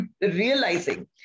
realizing